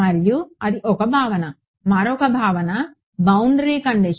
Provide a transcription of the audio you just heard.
మరియు అది ఒక భావన మరొక భావన బౌండరీ కండిషన్